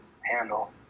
handle